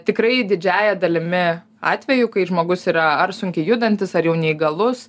tikrai didžiąja dalimi atvejų kai žmogus yra ar sunkiai judantis ar jau neįgalus